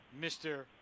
Mr